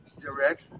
direct